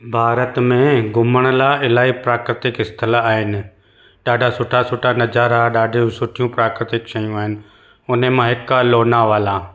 भारत में घुमण लाइ इलाही प्राकृतिक स्थल आहिनि ॾाढा सुठा सुठा नज़ारा ॾाढियूं सुठियूं प्राकृतिक शयूं आहिनि हुने मां हिकु आहे लोनावाला